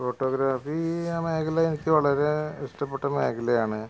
photography ആ മേഖല എനിക്ക് വളരേ ഇഷ്ടപ്പെട്ട മേഖലയാണ്